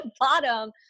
bottom